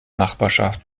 nachbarschaft